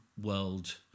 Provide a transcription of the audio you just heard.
world